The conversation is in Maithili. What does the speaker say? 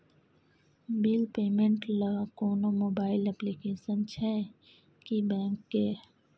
बिल पेमेंट ल कोनो मोबाइल एप्लीकेशन छै की बैंक के?